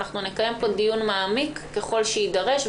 נקיים פה דיון מעמיק ככל שיידרש,